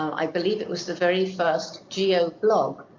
i believe, it was the very first go blog.